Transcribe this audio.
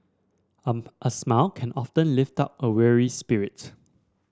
a smile can often lift up a weary spirits